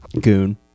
goon